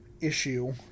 issue